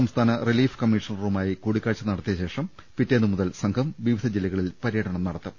സംസ്ഥാന റിലീഫ് കമ്മീഷണറുമായി സംഘം കൂടിക്കാഴ്ച നടത്തിയശേഷം പിറ്റേന്നു മുതൽ സംഘം വിവിധ ജില്ലകളിൽ പര്യടനം നടത്തും